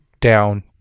Down